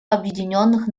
объединенных